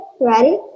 Ready